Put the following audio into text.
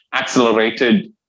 Accelerated